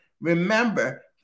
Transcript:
Remember